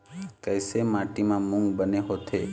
कइसे माटी म मूंग बने होथे?